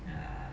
ya